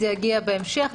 זה יגיע בהמשך.